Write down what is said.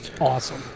awesome